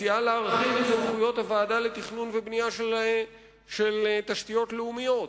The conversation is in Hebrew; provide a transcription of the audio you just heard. מציעה להרחיב את סמכויות הוועדה לתכנון ובנייה של תשתיות לאומיות,